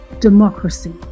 democracy